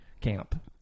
camp